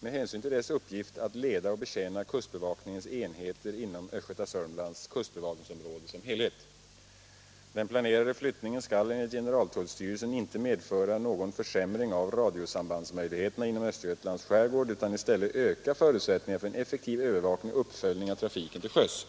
med hänsyn till dess uppgift att leda och betjäna kustbevakningens enheter inom Östgöta-Sörmlands kustbevakningsområde som helhet. Den planerade flyttningen skall enligt generaltullstyrelsen inte medföra någon försämring av radiosambandsmöjligheterna inom Östergötlands skärgård utan i stället öka förutsättningarna för en effektiv övervakning och uppföljning av trafiken till sjöss.